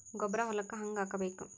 ಗೊಬ್ಬರ ಹೊಲಕ್ಕ ಹಂಗ್ ಹಾಕಬೇಕು?